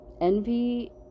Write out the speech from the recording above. envy